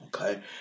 Okay